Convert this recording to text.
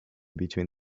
between